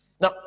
Now